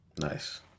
Nice